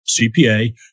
CPA